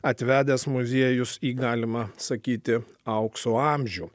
atvedęs muziejus į galima sakyti aukso amžių